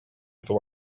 эту